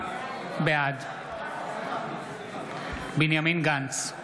בעד בנימין גנץ,